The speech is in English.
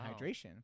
hydration